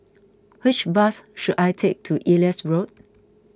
which bus should I take to Elias Road